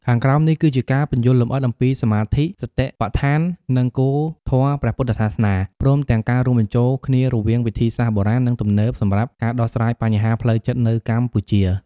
ខាងក្រោមនេះ គឺជាការពន្យល់លម្អិតអំពីសមាធិ សតិប្បដ្ឋាន និងគោលធម៌ព្រះពុទ្ធសាសនា ព្រមទាំងការរួមបញ្ចូលគ្នារវាងវិធីសាស្ត្របុរាណ និងទំនើបសម្រាប់ការដោះស្រាយបញ្ហាផ្លូវចិត្តនៅកម្ពុជា។